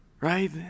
right